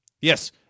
yes